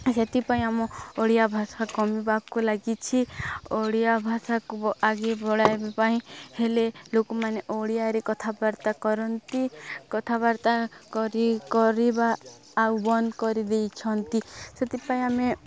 ସେଥିପାଇଁ ଆମ ଓଡ଼ିଆ ଭାଷା କମିବାକୁ ଲାଗିଛି ଓଡ଼ିଆ ଭାଷାକୁ ଆଗେଇ ବଳାଇବା ପାଇଁ ହେଲେ ଲୋକମାନେ ଓଡ଼ିଆରେ କଥାବାର୍ତ୍ତା କରନ୍ତି କଥାବାର୍ତ୍ତା କରି କରିବା ଆଉ ବନ୍ଦ କରିଦେଇଛନ୍ତି ସେଥିପାଇଁ ଆମେ